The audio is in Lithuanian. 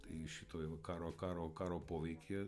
tai šitoj va karo karo karo poveikyje